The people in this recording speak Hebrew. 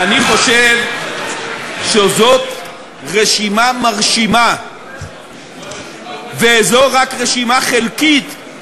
אני חושב שזו רשימה מרשימה, וזו רק רשימה חלקית,